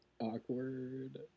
Awkward